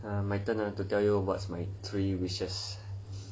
my turn ah to tell you what's my three wishes